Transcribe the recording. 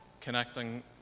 connecting